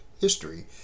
history